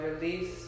release